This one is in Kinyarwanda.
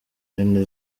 hene